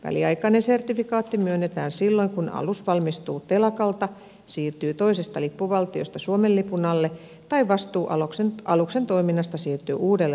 väliaikainen sertifikaatti myönnetään silloin kun alus valmistuu telakalta siirtyy toisesta lippuvaltiosta suomen lipun alle tai kun vastuu aluksen toiminnasta siirtyy uudelle laivanvarustajalle